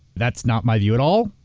that's not my view at all,